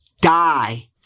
die